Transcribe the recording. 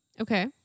Okay